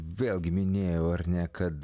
vėlgi minėjau ar ne kad